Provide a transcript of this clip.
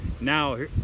Now